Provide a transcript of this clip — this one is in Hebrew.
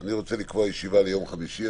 אני רוצה לקבוע ישיבה ליום חמישי,